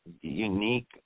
unique